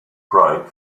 pride